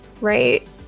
right